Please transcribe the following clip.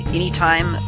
anytime